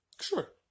Sure